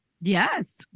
yes